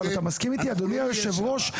אבל אתה מסכים איתי אדוני היושב ראש,